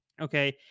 Okay